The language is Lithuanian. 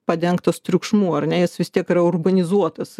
padengtas triukšmu ar ne jis vis tiek yra urbanizuotas